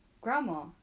Grandma